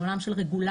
בעולם של רגולציה.